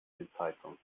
sitzheizung